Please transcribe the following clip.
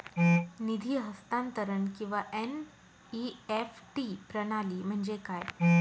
निधी हस्तांतरण किंवा एन.ई.एफ.टी प्रणाली म्हणजे काय?